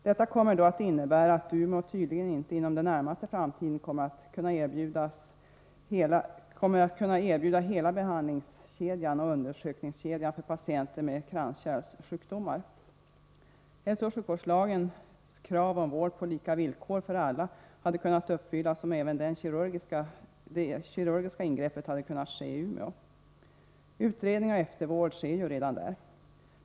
Detta kommer att innebära att Umeå inte inom den närmaste framtiden kommer att kunna erbjuda hela behandlingskedjan och undersökningskedjan för patienter med kranskärlsjukdomar. Hälsooch sjukvårdslagens krav om vård på lika villkor för alla hade kunnat uppfyllas om även det kirurgiska ingreppet hade kunnat ske i Umeå. Utredningen och eftervården sker ju redan där.